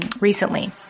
recently